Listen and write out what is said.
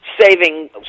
saving